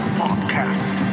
podcast